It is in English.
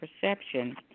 perception